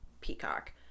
Peacock